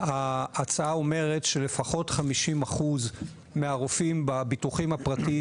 ההצעה אומרת שלפחות 50% מהרופאים בביטוחים הפרטיים